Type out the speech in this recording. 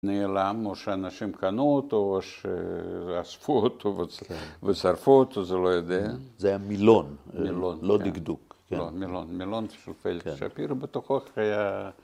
‫נעלם או שאנשים קנו אותו ‫או שאספו אותו ושרפו אותו, ‫זה לא יודע. ‫-זה היה מילון, לא דקדוק. ‫מילון, מילון של פליקס שפיר ‫בתוכו ו…